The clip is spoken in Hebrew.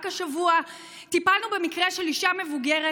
רק השבוע טיפלנו במקרה של אישה מבוגרת